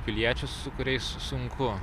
piliečius su kuriais sunku